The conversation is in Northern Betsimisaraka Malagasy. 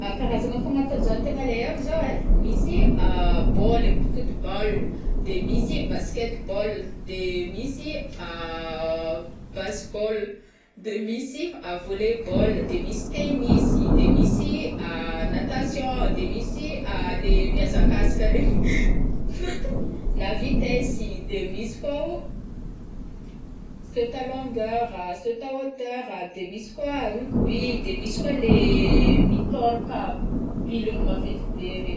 Karazagna fagnatanjahantegna le aiko zao ai, misy le Bôle football, de misy basket ball, de misy Baseball, de misy volley ball, de misy Tennis, de misy Natation, de misy le miazakazaka regny, na vitesse, de misy koa o saut à longueur, saut à hauteur, de misy koa rugby, de misy kô le mitôraka bilogno maventy be regny.